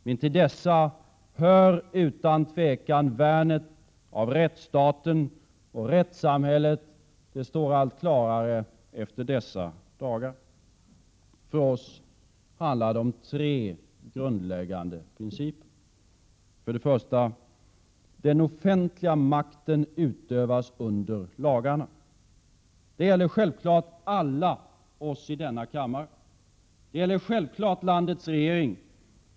Men till dessa hör utan tvivel värnet av rättsstaten och rättssamhället — det står allt klarare efter dessa dagar. För oss handlar det om tre grundläggande principer. För det första: Den offentliga makten utövas under lagarna. Det gäller självfallet alla oss i denna kammare. Det gäller självfallet landets regering.